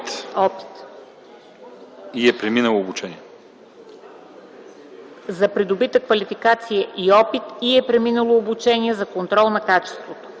на този закон за придобита квалификация и опит и е преминало обучение за контрол на качеството.